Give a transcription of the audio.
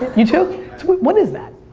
you too? what is that?